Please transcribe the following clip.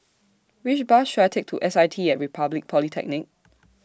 Which Bus should I Take to S I T At Republic Polytechnic